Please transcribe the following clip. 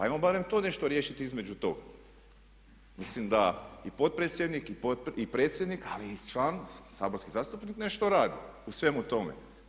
Ajmo barem to nešto riješiti između tog, mislim i da potpredsjednik i predsjednik ali i član, saborski zastupnik nešto radi u svemu tome.